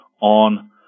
on